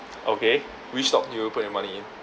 okay which stock you will put your money in